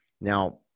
Now